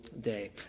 day